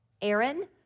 Aaron